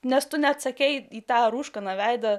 nes tu neatsakei į tą rūškaną veidą